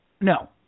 No